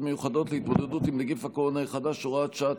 מיוחדות להתמודדות עם נגיף הקורונה החדש (הוראת שעה),